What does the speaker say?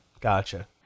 gotcha